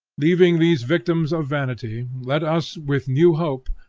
leaving these victims of vanity, let us, with new hope,